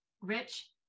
Rich